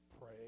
Pray